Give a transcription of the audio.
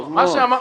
טוב מאוד,